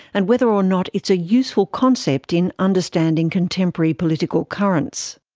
and whether or not it's a useful concept in understanding contemporary political currents.